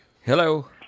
Hello